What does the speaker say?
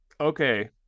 okay